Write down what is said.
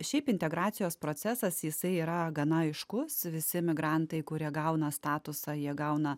šiaip integracijos procesas jisai yra gana aiškus visi emigrantai kurie gauna statusą jie gauna